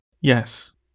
Yes